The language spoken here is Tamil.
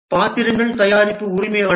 பாத்திரங்கள் தயாரிப்பு உரிமையாளர்